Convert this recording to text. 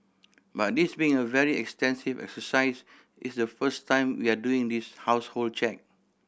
but this being a very extensive exercise it's the first time we are doing this household check